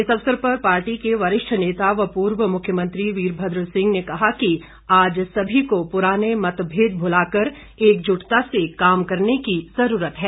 इस अवसर पर पार्टी के वरिष्ठ नेता व पूर्व मुख्यमंत्री वीरभद्र सिंह ने कहा कि आज सभी को पुराने मतभेद भुलाकर एकजुटता से काम करने की जरूरत है